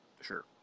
Sure